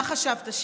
מה חשבת שיקרה?